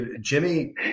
Jimmy